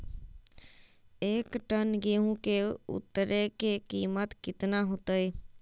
एक टन गेंहू के उतरे के कीमत कितना होतई?